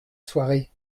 soirée